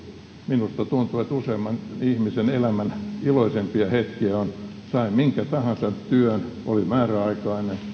minusta tuntuu että useimman ihmisen elämän iloisimpia hetkiä on ollut kun sai minkä tahansa työn oli se määräaikainen